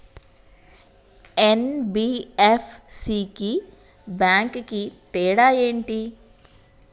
NBFC కి bank కి తేడా ఏంటి?